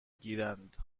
گیرند